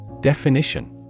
Definition